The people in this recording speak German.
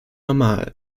normal